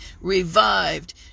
revived